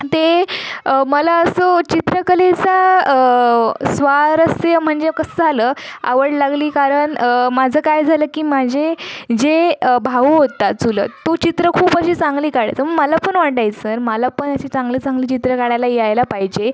ते मला असं चित्रकलेचा स्वारस्य म्हणजे कसं झालं आवड लागली कारण माझं काय झालं की माझे जे भाऊ होता चुलत तो चित्र खूप अशी चांगली काढायचा मग मला पण वाटायचं मला पण अशी चांगलं चांगली चित्रं काढायला यायला पाहिजे